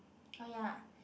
oh yeah